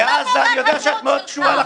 זו לא תעודת הזהות שלך.